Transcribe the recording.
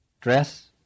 Dress